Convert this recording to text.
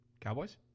Cowboys